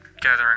gathering